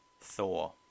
Thor